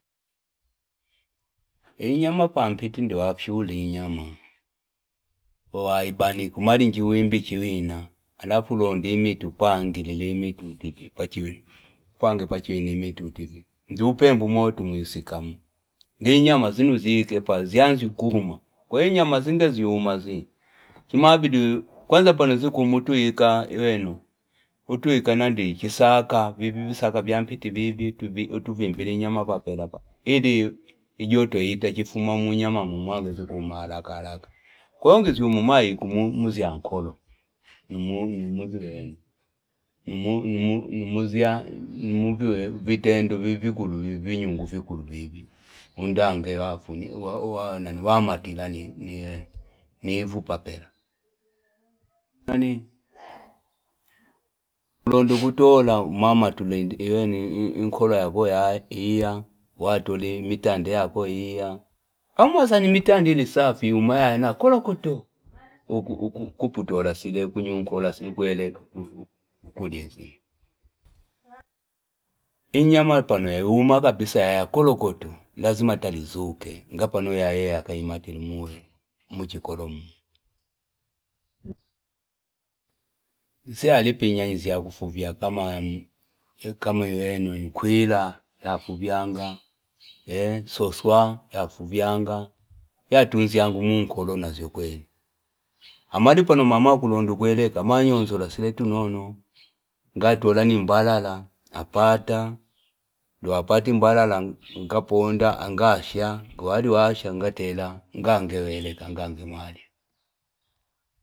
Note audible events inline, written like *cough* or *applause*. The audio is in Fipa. Inyama pampiti ngawafwira inyama waibanika mali ngwimba chiwina alafau ulonde imiki upangile imiti pachiwina ngupembe moto mwisika muu nginyama azino uzike paa nginjwanje ukuma ko inyama zi ngwuma zi chimabidi utiika kwanza visaka vya mpiti alivino enge utivimbila inyama papera papa ili joto iya itachifuma munyama ili inyama enge vikuma arakaoraka ko nganjwuma umaika mumankolo, numu- numu numizi vitendo vivya vikulu ndange wamatila ni ivu papela *noise* ngukulonda kutola umamatula inkolo yako watola mita ndo yako yiyo awe umazana mitande ili safi yuma yaya na kolokoto lazima tali *noise* izuke ngapano yaya yakaitile mchikolo, siyaipi na kusunziya kama kaam yo weni nkwila nakuvyanga, eh soswa yakuvyanga, yatunjunga mnkolo nanjwa kwene amali pano mma akulenda kweleka amanyanzora sile tunono nkatora i mbalala apata ndo apati mbalala ngaponda ng ngatela asha ngiwalisha ngatora ngali weleka ngangemwala. *unintelligible*